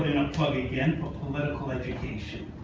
plug again for political education.